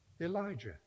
Elijah